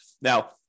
Now